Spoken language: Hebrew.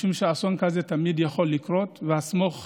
משום שאסון כזה תמיד יכול לקרות, וה"סמוך עליי"